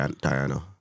Diana